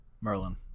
Merlin